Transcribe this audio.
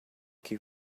que